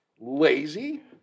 lazy